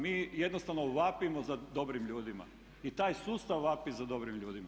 Mi jednostavno vapimo za dobrim ljudima i taj sustav vapi za dobrim ljudima.